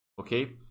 Okay